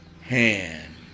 hand